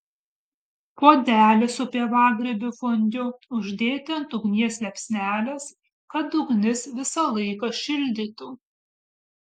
puodelį su pievagrybių fondiu uždėti ant ugnies liepsnelės kad ugnis visą laiką šildytų